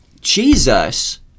Jesus